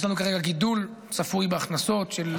יש לנו כרגע גידול צפוי בהכנסות של 1%,